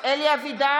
חברי הכנסת) אלי אבידר,